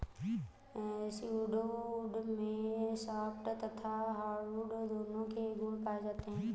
pseudo wood में soft तथा hardwood दोनों के गुण पाए जाते हैं